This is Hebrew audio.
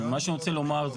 מה שאני רוצה לומר,